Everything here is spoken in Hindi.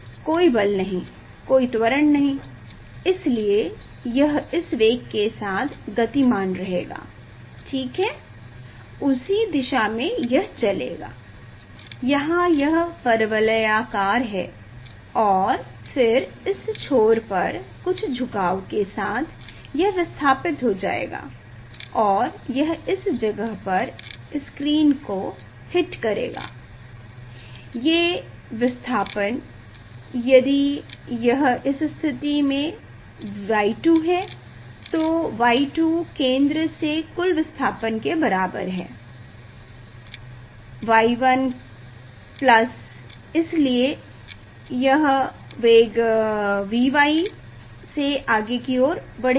कोई बल नहीं कोई त्वरण नहीं इसलिए यह इस वेग के साथ गतिमान रहेगा ठीक है उसी दिशा में यह चलेगा यहां यह परवलयाकार है और फिर इस छोर पर कुछ झुकाव के साथ यह विस्थापित हो जाएगा और यह इस जगह पर स्क्रीन को हिट करेगा ये विस्थापन यदि यह इस स्थिति से Y2 है तो Y2 केंद्र से कुल विस्थापन के बराबर है y1 प्लस इसलिए यह वेग Vy से आगे की ओर बढ़ेगा